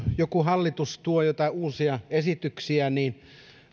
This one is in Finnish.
joku hallitus tuo jotain uusia esityksiä niin